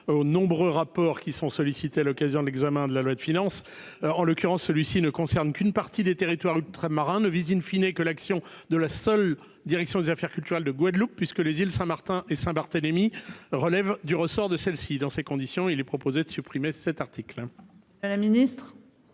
aux nombreux rapports qui sont sollicités à l'occasion de l'examen de la loi de finances. En l'occurrence celui-ci ne concerne qu'une partie des territoires ultramarins ne vise in fine et que l'action de la seule direction des affaires culturelles de Guadeloupe, puisque les îles, Saint-Martin et Saint-Barthélemy relève du ressort de celle-ci, dans ces conditions, il est proposé de supprimer cet article. La ministre